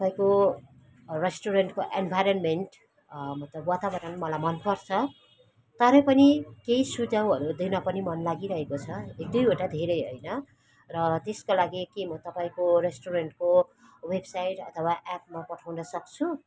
तपाईँको रेस्टुरेन्टको इन्भाइरोमेन्ट मतलब वातावरण मलाई मनपर्छ तरै पनि केही सुझावहरू दिन पनि मन लागिरहेको छ एक दुईवटा धेरै होइन र त्यसका लागि के म तपाईँको रेस्टुरेन्टको वेबसाइट अथवा एपमा पठाउन सक्छु